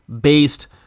based